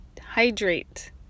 hydrate